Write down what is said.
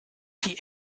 die